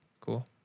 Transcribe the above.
Cool